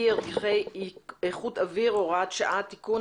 (ערכי איכות אוויר) (הוראת שעה) (תיקון),